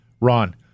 Ron